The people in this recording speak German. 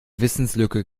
wissenslücke